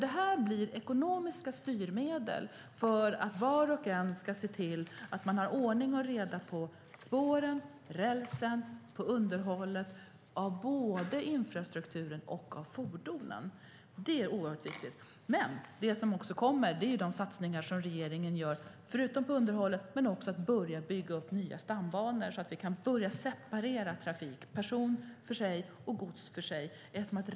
Det här blir ekonomiska styrmedel för att var och en ska se till att ha ordning och reda på spåren, rälsen och underhållet av både infrastrukturen och fordonen. Det är oerhört viktigt. Men det som också kommer är de satsningar som regeringen gör inte bara på underhållet utan också på att börja bygga upp nya stambanor så att vi kan börja separera trafik - persontrafik för sig och godstrafik för sig.